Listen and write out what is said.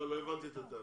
לא הבנתי את הטענה.